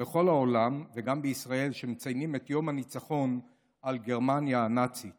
בכל העולם וגם בישראל שמציינים את יום הניצחון על גרמניה הנאצית